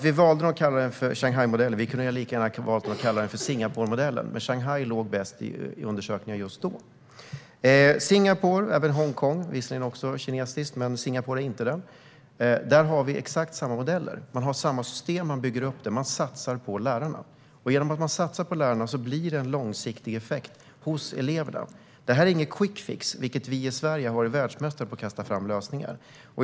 Vi valde att kalla den Shanghaimodellen, men vi hade lika gärna kunnat kalla den Singaporemodellen. Shanghai låg dock bäst till i undersökningar just då. I både Singapore och Hongkong - som visserligen också är kinesiskt, medan Singapore inte är det - har man exakt samma modeller. Man har samma system för hur man bygger upp det: Man satsar på lärarna. Genom att man satsar på lärarna blir det en långsiktig effekt hos eleverna. Detta är ingen quickfix. Vi har i Sverige varit världsmästare på att kasta fram lösningar.